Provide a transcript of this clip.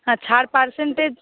হ্যাঁ ছাড় পার্সেন্টেজ